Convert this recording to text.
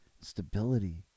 stability